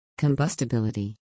combustibility